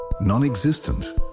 non-existent